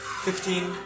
Fifteen